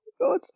God